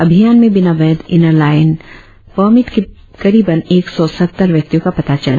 अभियान में बिना वैध इनर लाईस परमिट के करीबन एक सौ सत्तर व्यक्तियों का पता चला